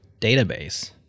database